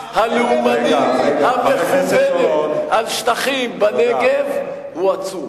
הלאומנית המכוונת על שטחים בנגב הוא עצום.